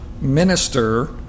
minister